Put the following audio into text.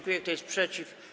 Kto jest przeciw?